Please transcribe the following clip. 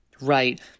Right